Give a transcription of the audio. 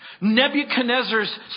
Nebuchadnezzar's